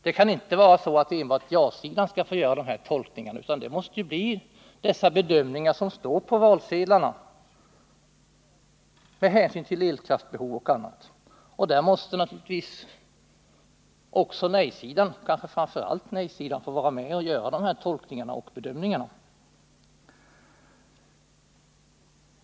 Det kan inte vara så att enbart ja-sidan skall få göra dessa tolkningar, utan det måste bli de bedömningar som står på valsedlarna, med hänsyn till elkraftsbehov och annat. Och där måste naturligtvis också nej-sidan — kanske framför allt nej-sidan — få vara med och göra dessa tolkningar och bedömningar.